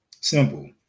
Simple